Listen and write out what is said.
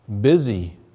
busy